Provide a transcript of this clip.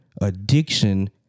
addiction